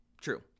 True